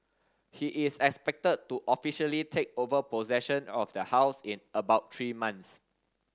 he is expected to officially take over possession of the house in about three months